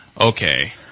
Okay